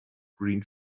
green